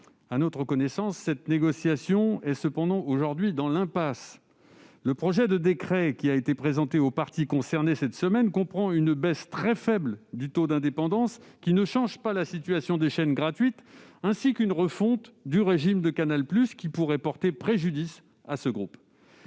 À notre connaissance, cette négociation est aujourd'hui dans l'impasse ! Le projet de décret présenté cette semaine aux parties concernées comprend une baisse très faible du taux d'indépendance, qui ne change pas la situation des chaînes gratuites, ainsi qu'une refonte du régime de Canal+ qui pourrait porter préjudice à ce groupe.